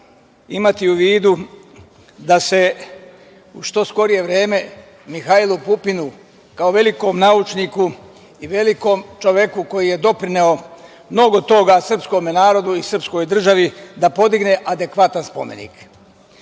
imati u vidu da se u što skorije vreme Mihajlu Pupinu, kao velikom naučniku i velikom čoveku koji je doprineo mnogo toga srpskom narodu i srpskoj državi, da podigne adekvatan spomenik? Drugo,